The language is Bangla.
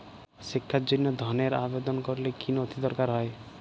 শিক্ষার জন্য ধনের আবেদন করলে কী নথি দরকার হয়?